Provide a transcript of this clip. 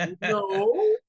no